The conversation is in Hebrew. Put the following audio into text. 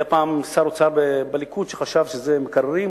היה פעם שר אוצר בליכוד שחשב שזה מקררים,